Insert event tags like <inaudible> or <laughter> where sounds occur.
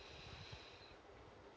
<breath>